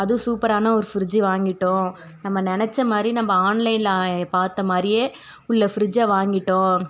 அதுவும் சூப்பரான ஒரு ஃப்ரிட்ஜு வாங்கிவிட்டோம் நம்ம நினச்ச மாதிரி நம்ம ஆன்லைனில் பார்த்த மாதிரியே உள்ள ஃபிரிட்ஜை வாங்கிவிட்டோம்